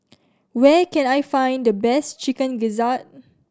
where can I find the best Chicken Gizzard